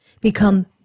become